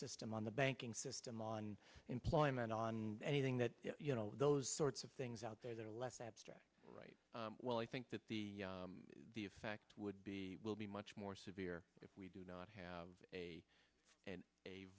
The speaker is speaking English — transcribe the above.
system on the banking system on employment on anything that you know those sorts of things out there that are less abstract right well i think that the the effect would be will be much more severe if we do not have a and a